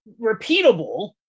repeatable